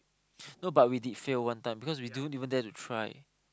no but we did fail one time because we don't even dare to try